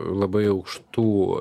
labai aukštų